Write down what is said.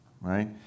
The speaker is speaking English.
right